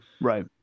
Right